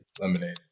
Lemonade